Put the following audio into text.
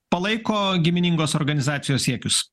palaiko giminingos organizacijos siekius